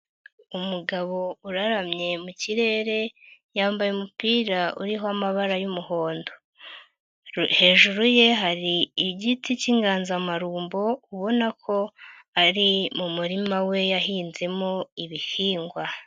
Umugabo uraramye mu kirere yambaye umupira uriho amabara y'umuhondo, hejuru ye hari igiti cy'inganzamarumbo ubona ko ari mu murima we yahinzemo ibihingwa.